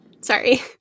sorry